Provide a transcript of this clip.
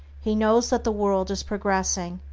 he knows that the world is progressing,